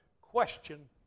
question